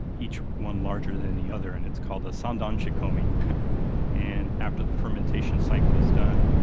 each one larger than the other and it's called sandan-shikomi and after the fermentation cycle is done,